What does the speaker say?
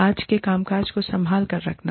आज के कामकाज को संभाल कर रखना